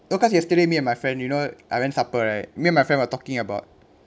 no cause yesterday meet me and my friend you know I went supper right me and my friend were talking about